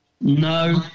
No